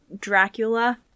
Dracula